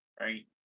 right